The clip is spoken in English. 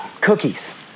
cookies